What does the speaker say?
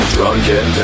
Drunken